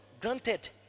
Granted